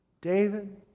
David